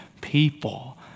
people